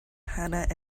hannah